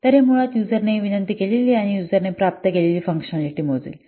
तर हे मुळात यूजरने विनंती केलेली आणि यूजरने प्राप्त केलेली फंकशनॅलिटी मोजेल